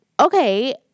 Okay